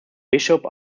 bishop